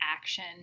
action